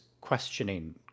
questioning